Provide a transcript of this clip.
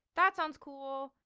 that sounds cool.